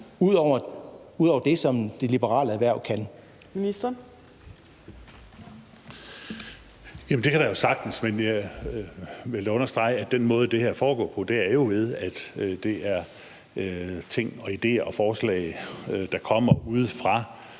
fiskeri og ligestilling (Mogens Jensen): Det kan der jo sagtens. Men jeg vil da understrege, at den måde, som det her foregår på, jo er, ved at det er ting og ideer og forslag, der kommer ude fra